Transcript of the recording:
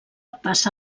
passa